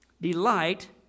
delight